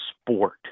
sport